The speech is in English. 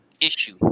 issue